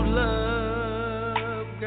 love